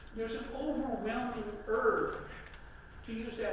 there's an overwhelming urge to use yeah